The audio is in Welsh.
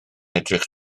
edrych